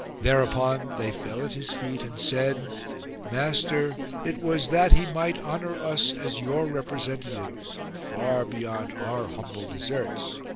thereupon they fell at his feet and said master, it was that he might honour us as your representatives, far beyond our humble deserts.